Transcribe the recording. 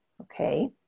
Okay